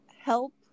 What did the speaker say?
help